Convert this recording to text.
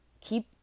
keep